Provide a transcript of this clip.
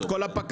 את כל הפקחים,